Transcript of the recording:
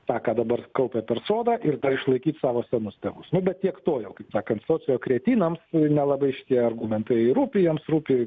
tą ką dabar kaupia per sodrą ir išlaikyt savo senus tėvus nu bet tiek to jau kaip sakant sociokretinams nelabai šitie argumentai rūpi jiems rūpi